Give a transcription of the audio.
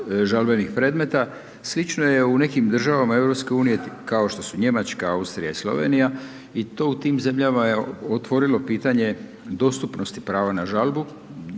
žalbenih predmeta, slično je u nekim državama EU-a kao što su Njemačka, Austrija i Slovenija i to u tim zemljama je otvorilo pitanje dostupnosti prava na žalbu,